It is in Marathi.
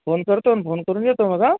फोन करतो न फोन करून येतो मग आं